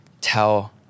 Tell